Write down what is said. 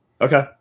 Okay